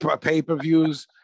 pay-per-views